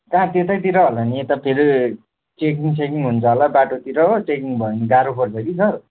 कहाँ त्यतैतिर होला नि यता फेरि चेकिङ सेकिङ हुन्छ होला बाटोतिर हो चेकिङ भयो भने गाह्रो पर्छ कि सर